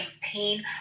pain